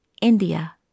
India